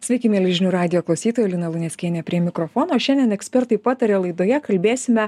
sveiki mieli žinių radijo klausytojai lina luneckienė prie mikrofono šiandien ekspertai pataria laidoje kalbėsime